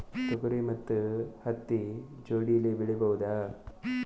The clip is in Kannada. ತೊಗರಿ ಮತ್ತು ಹತ್ತಿ ಜೋಡಿಲೇ ಬೆಳೆಯಬಹುದಾ?